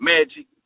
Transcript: Magic